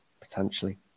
potentially